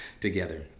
together